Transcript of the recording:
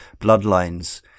Bloodlines